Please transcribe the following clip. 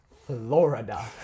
Florida